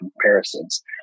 comparisons